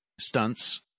stunts